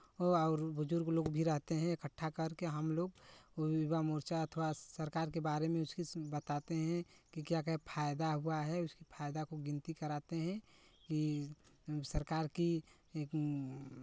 हो और बुज़ुर्ग लोग भी रहते हैं इकट्ठा करके हमलोग को युवा मोर्चा अथवा सरकार के बारे में कुछ कुछ बताते हैं कि क्या क्या फायदा हुआ है उस फायदा को गिनती कराते हैं सरकार की इस